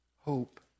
hope